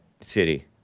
city